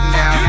now